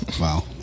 Wow